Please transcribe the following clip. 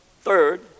Third